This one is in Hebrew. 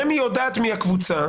רמ"י יודעת מי הקבוצה